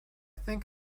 think